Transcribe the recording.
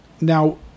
Now